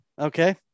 okay